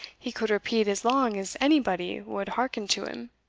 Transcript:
he could repeat as long as anybody would hearken to him.